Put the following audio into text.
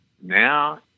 now